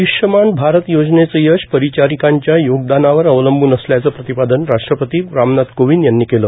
आयुष्यमान भारत योजनेचं यश परिचारीकांच्या योगदानावर अवलंबून असल्याचं प्रतिपादन राष्ट्रपती रामनाथ कोविंद यांनी केलं